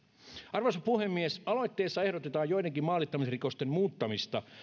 arvoisa puhemies aloitteessa ehdotetaan joidenkin maalittamisrikosten muuttamista